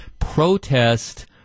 protest